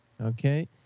Okay